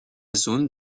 zone